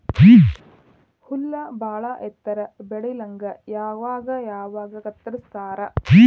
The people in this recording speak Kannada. ಹುಲ್ಲ ಬಾಳ ಎತ್ತರ ಬೆಳಿಲಂಗ ಅವಾಗ ಅವಾಗ ಕತ್ತರಸ್ತಾರ